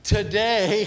today